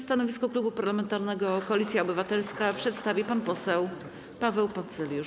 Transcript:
Stanowisko Klubu Parlamentarnego Koalicja Obywatelska przedstawi pan poseł Paweł Poncyljusz.